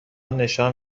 نشان